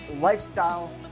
lifestyle